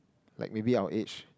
like maybe our age